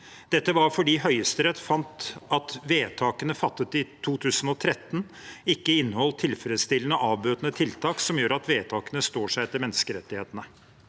Dette var fordi Høyesterett fant at vedtakene fattet i 2013 ikke inneholdt tilfredsstillende avbøtende tiltak som gjør at vedtakene står seg etter menneskerettighetene.